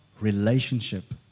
relationship